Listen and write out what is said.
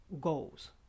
goals